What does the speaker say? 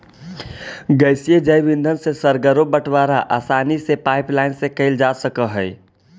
गैसीय जैव ईंधन से सर्गरो बटवारा आसानी से पाइपलाईन से कैल जा सकऽ हई